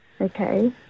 Okay